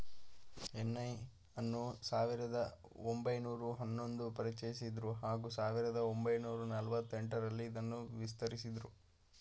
NI ಅನ್ನು ಸಾವಿರದ ಒಂಬೈನೂರ ಹನ್ನೊಂದು ಪರಿಚಯಿಸಿದ್ರು ಹಾಗೂ ಸಾವಿರದ ಒಂಬೈನೂರ ನಲವತ್ತ ಎಂಟರಲ್ಲಿ ಇದನ್ನು ವಿಸ್ತರಿಸಿದ್ರು